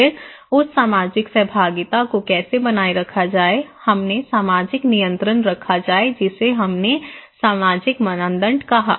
तो फिर उस सामाजिक सहभागिता को कैसे बनाए रखा जाए हमने सामाजिक नियंत्रण रखा जिसे हमने सामाजिक मानदंड कहा